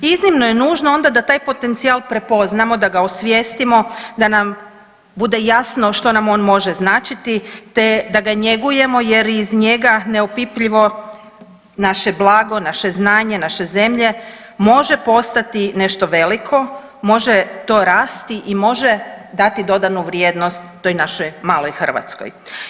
Iznimno je nužno onda da taj potencijal prepoznamo, da ga osvijestimo, da nam bude jasno što nam on može značiti te da ga njegujemo jer iz njega neopipljivo naše blago, naše znanje naše zemlje može postati nešto veliko, može to rasti i može dati dodanu vrijednost toj našoj maloj Hrvatskoj.